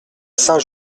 saint